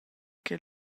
che